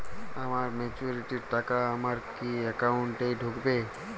আমার ম্যাচুরিটির টাকা আমার কি অ্যাকাউন্ট এই ঢুকবে?